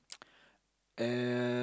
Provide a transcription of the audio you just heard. uh